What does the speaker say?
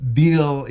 deal